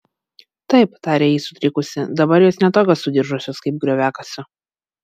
taip tarė ji sutrikusi dabar jos ne tokios sudiržusios kaip grioviakasio